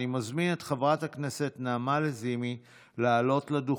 אני מזמין את חברת הכנסת נעמה לזימי לעלות לדוכן.